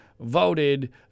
Voted